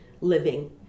living